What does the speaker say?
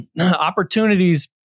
opportunities